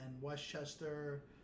Westchester